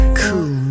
cool